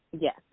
Yes